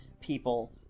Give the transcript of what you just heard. people